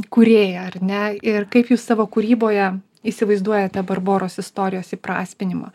kūrėja ar ne ir kaip jūs savo kūryboje įsivaizduojate barboros istorijos įprasminimą